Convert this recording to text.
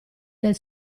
del